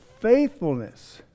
faithfulness